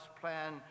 plan